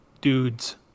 dudes